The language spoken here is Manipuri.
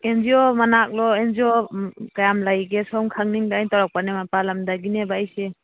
ꯑꯦꯟ ꯖꯤ ꯑꯣ ꯃꯅꯥꯛꯂꯣ ꯑꯦꯟ ꯖꯤ ꯑꯣ ꯎꯝ ꯀꯌꯥꯝ ꯂꯩꯒꯦ ꯁꯣꯝ ꯈꯪꯅꯤꯡꯗꯅ ꯑꯩ ꯇꯧꯔꯛꯄꯅꯦ ꯃꯄꯥꯟ ꯂꯝꯗꯒꯤꯅꯦꯕ ꯑꯩꯁꯦ